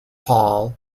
paul